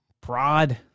prod